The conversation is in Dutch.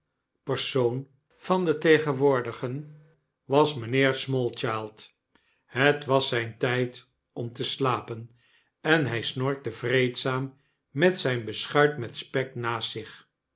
persoon van de tegenwoordigen was mynheer smallchild het was zyn tyd om te slapen en hy snorkte vreedzaam met zijn beschuit met spek naast zich